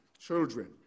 children